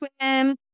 swim